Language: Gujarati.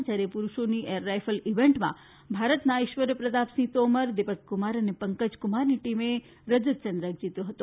જ્યારે પુરૂષોની એર રાઈફલ ઈવેન્ટમાં ભારતના ઐશ્વર્ય પ્રતાપ સિંહ તોમર દીપક ક્રમાર અને પંકજ ક્રમારની ટીમે રજત ચંદ્રક જીત્યો હતો